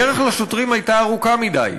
הדרך לשוטרים הייתה ארוכה מדי,